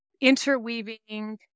interweaving